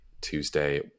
Tuesday